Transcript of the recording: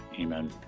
Amen